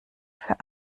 für